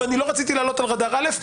ואני לא רציתי לעלות על רדאר א',